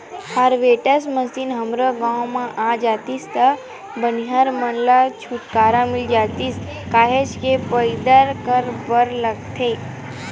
harvester machine हमरो गाँव म आ जातिस त बनिहार मन ले छुटकारा मिल जातिस काहेच के पदई करे बर लगथे